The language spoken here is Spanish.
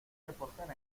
reposar